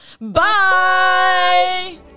Bye